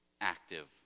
active